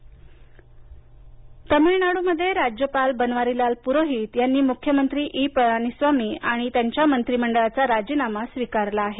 तामिळनाड् तामिळनाडूमध्ये राज्यपाल बनवारीलाल पुरोहित यांनी मुख्यमंत्री ई पळणीसामी आणि त्यांच्या मंत्रीमंडळाचा राजीनामा स्वीकारला आहे